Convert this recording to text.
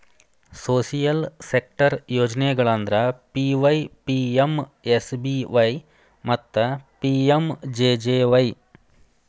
social sector ಯೋಜನೆಗಳಂದ್ರ PYPMSBY ಮತ್ತ PMJJY